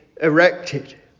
erected